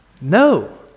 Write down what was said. No